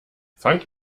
fangt